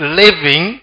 living